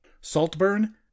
Saltburn